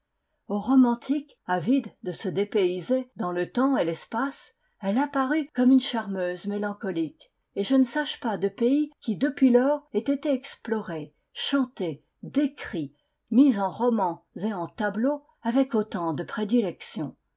romantiques avides de se dépayser dans le temps et l'espace elle apparut comme une charmeuse mélancolique et je ne sache pas de pays qui depuis lors ait été exploré chanté décrit mis en romans et en tableaux avec autant de prédilection